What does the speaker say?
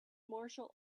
martial